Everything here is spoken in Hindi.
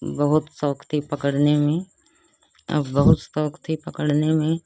बहुत शौक थी पकड़ने में और बहुत शौक थी पकड़ने में